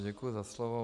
Děkuji za slovo.